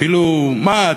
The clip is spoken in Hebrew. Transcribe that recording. כאילו מה,